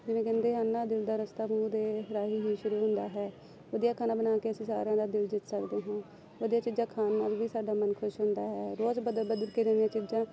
ਜਿਵੇਂ ਕਹਿੰਦੇ ਹਨ ਨਾ ਦਿਲ ਦਾ ਰਸਤਾ ਮੂੰਹ ਦੇ ਰਾਹੀਂ ਹੀ ਸ਼ੁਰੂ ਹੁੰਦਾ ਹੈ ਵਧੀਆ ਖਾਣਾ ਬਣਾ ਕੇ ਅਸੀਂ ਸਾਰਿਆਂ ਦਾ ਦਿਲ ਜਿੱਤ ਸਕਦੇ ਹਾਂ ਵਧੀਆ ਚੀਜ਼ਾਂ ਖਾਣ ਨਾਲ ਵੀ ਸਾਡਾ ਮਨ ਖੁਸ਼ ਹੁੰਦਾ ਹੈ ਰੋਜ਼ ਬਦਲ ਬਦਲ ਕੇ ਨਵੀਆਂ ਚੀਜ਼ਾਂ